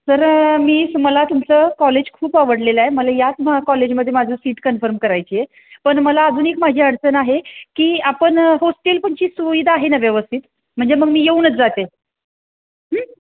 sir मीच मला तुमचं कॉलेज खूप आवडलेलं आहे मला याच महा कॉलेजमध्ये माझं सीट कन्फर्म करायची आहे पण मला अजून एक माझी अडचण आहे की आपण होस्टेल पण ची सुविधा आहे ना व्यवस्थित म्हणजे मग मी येऊनच जाते